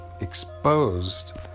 exposed